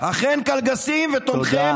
שרצחו פלסטיני בן 80. לא היית מפרק את כל צה"ל?